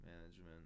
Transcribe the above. management